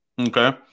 Okay